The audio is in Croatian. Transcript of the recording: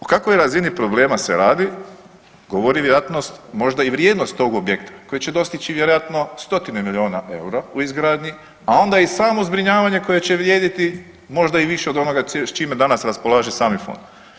O kakvoj razini problema se radi govori vjerojatnost možda i vrijednost tog objekta koji će dostići vjerojatno stotine miliona EUR-a u izgradnji, a onda i samo zbrinjavanje koje će vrijediti možda i više od onoga s čime danas raspolaže sami fond.